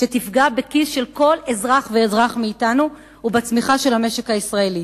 שתפגע בכיס של כל אזרח ואזרח מאתנו ובצמיחה של המשק הישראלי.